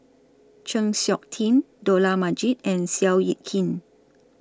Chng Seok Tin Dollah Majid and Seow Yit Kin